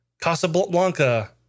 Casablanca